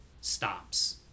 stops